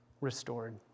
restored